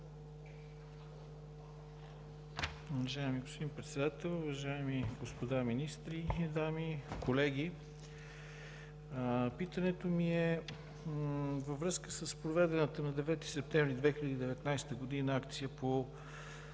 уважаеми господа министри, дами, колеги! Питането ми е във връзка с проведената на 9 септември 2019 г. акция по